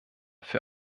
für